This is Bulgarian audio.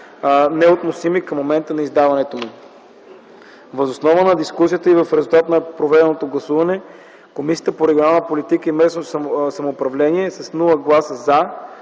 неотносими към момента на издаването му. Въз основа на дискусията и в резултат на проведеното гласуване, Комисията по регионална политика и местно самоуправление без „за” и